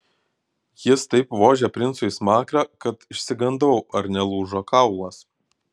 jis taip vožė princui į smakrą kad išsigandau ar nelūžo kaulas